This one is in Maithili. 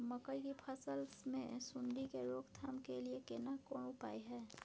मकई की फसल मे सुंडी के रोक थाम के लिये केना कोन उपाय हय?